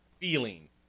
feeling